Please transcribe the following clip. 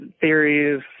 theories